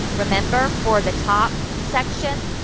remember for the top section,